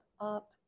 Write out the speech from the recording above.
up